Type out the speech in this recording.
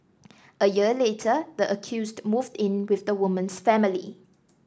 a year later the accused moved in with the woman's family